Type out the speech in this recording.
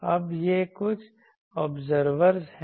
अब ये कुछ ऑब्जर्वरज़ हैं